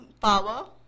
power